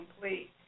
complete